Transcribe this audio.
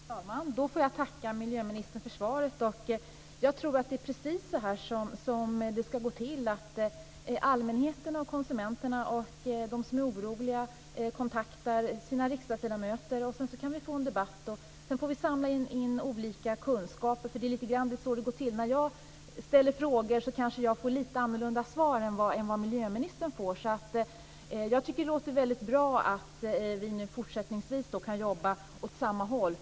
Fru talman! Då får jag tacka miljöministern för svaret. Jag tror att det är precis så här det ska gå till. Allmänheten, konsumenterna och de som är oroliga kontaktar sina riksdagsledamöter, och sedan kan vi få en debatt. Sedan får vi samla in olika kunskaper. Det är så det går till. När jag ställer frågor kanske jag får lite annorlunda svar än vad miljöministern får. Jag tycker att det låter väldigt bra att vi fortsättningsvis kan jobba åt samma håll.